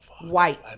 White